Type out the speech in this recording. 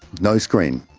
no screen.